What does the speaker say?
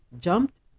jumped